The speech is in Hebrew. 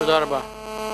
תודה רבה.